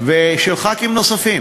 ושל חברי כנסת נוספים